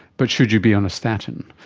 but should you be on a statin?